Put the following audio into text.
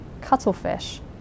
cuttlefish